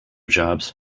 jobs